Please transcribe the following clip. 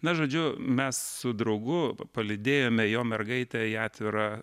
na žodžiu mes su draugu palydėjome jo mergaitę į atvirą